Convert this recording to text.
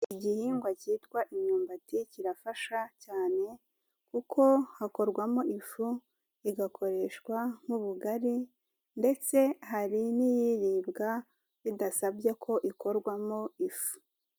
Igihingwa cyitwa imyumbati kirafasha cyane, kuko hakorwamo ifu igakoreshwa nk'ubugari ndetse hari n'iribwa bidasabye ko ikorwamo ifu.